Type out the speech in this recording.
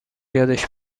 یادش